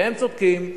והם צודקים.